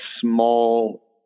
small